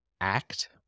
act